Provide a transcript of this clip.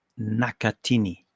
Nakatini